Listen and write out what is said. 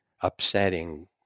upsetting